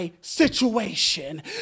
situation